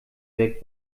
weg